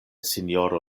sinjoro